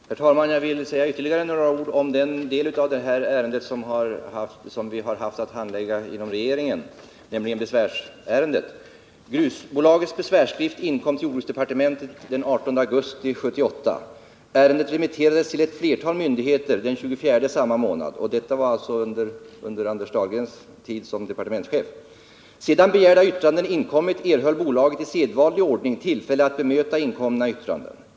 Herr talman! Jag vill säga ytterligare några ord om den del som vi har haft att handlägga inom regeringen, nämligen besvärsärendet. Grusbolagets besvärsskrift inkom till jordbruksdepartementet den 18 augusti 1978. Ärendet remitterades till ett flertal myndigheter den 24 augusti. Detta hände alltså under Anders Dahlgrens tid som departementschef. Sedan begärda yttranden inkommit fick bolaget i sedvanlig ordning tillfälle att bemöta dessa.